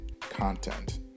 content